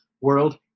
world